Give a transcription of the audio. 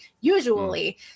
usually